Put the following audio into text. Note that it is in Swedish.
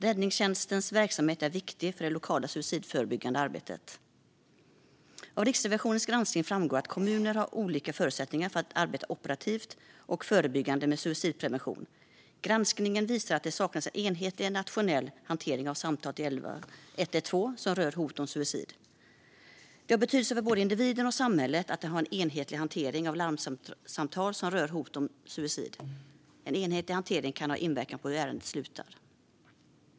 Räddningstjänstens verksamhet är viktig för det lokala suicidförebyggande arbetet. Av Riksrevisionens granskning framgår att kommuner har olika förutsättningar för att arbeta operativt och förebyggande med suicidprevention. Granskningen visar att det saknas en enhetlig nationell hantering av samtal till 112 som rör hot om suicid. Det har betydelse för både individen och samhället att ha en enhetlig hantering av larmsamtal som rör hot om suicid. En enhetlig hantering kan ha inverkan på hur ärendena slutar.